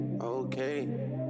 okay